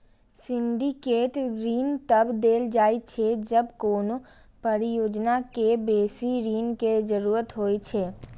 syndicate ऋण तब देल जाइ छै, जब कोनो परियोजना कें बेसी ऋण के जरूरत होइ छै